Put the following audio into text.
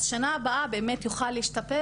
אז בשנה הבאה באמת יוכל להשתפר